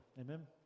Amen